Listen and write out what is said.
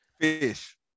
Fish